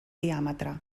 diàmetre